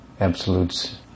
absolutes